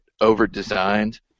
over-designed